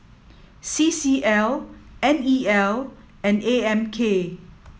C C L N E L and A M K